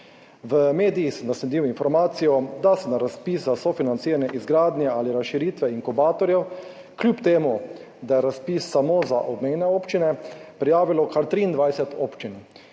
V medijih sem zasledil informacijo, da se je na razpis za sofinanciranje izgradnje ali razširitve inkubatorjev, kljub temu da je razpis samo za obmejne občine, prijavilo kar 23 občin.